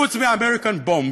חוץ מה-American Bomb,